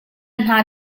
hna